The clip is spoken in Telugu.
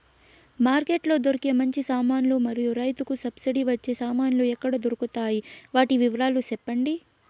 మార్కెట్ లో దొరికే మంచి సామాన్లు మరియు రైతుకు సబ్సిడి వచ్చే సామాన్లు ఎక్కడ దొరుకుతాయి? వాటి వివరాలు సెప్పండి?